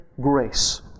grace